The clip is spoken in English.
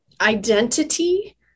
identity